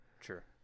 Sure